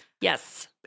Yes